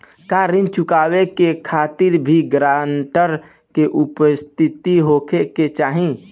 का ऋण चुकावे के खातिर भी ग्रानटर के उपस्थित होखे के चाही?